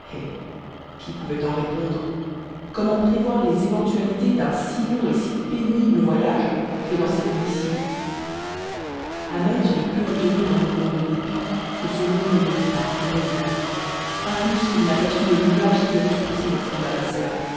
qui pouvait en répondre comment prévoir les éventualités d'un si long et si pénible voyage fait dans ces conditions ahmet ne put retenir un mouvement de dépit que son oncle ne vit pas heureusement pas plus qu'il n'aperçut le nuage qui obscurcit le front d'amasia